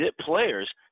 players